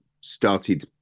started